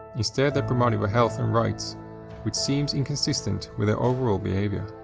instead they promote it for health and rights which seems inconsistent with their overall behaviour.